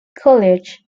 college